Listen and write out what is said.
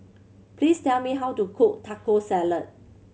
please tell me how to cook Taco Salad